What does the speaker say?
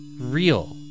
real